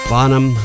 Bonham